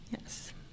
Yes